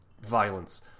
Violence